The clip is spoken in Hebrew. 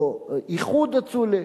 או "איחוד הצולה"